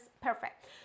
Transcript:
Perfect